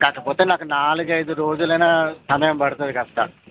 కాకపోతే నాకు నాలుగు ఐదు రోజులైనా సమయం పడుతుంది కాస్త